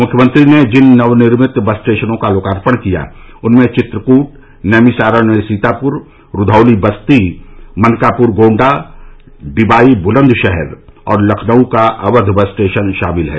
मुख्यमंत्री ने जिन नवनिर्मित बस स्टेशनों का लोकार्पण किया उनमें चित्रकूट नैमिषारण्य सीतापुर रूधौली बस्ती मनकापुर गोण्डा डिबाई बुलन्दशहर और लखनऊ का अवध बस स्टेशन शामिल हैं